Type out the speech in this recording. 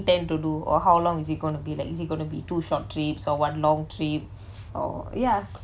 intend to do or how long is it going to be like is it going be two short trips or one long trip or ya